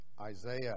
Isaiah